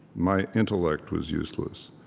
my intellect was useless.